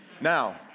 Now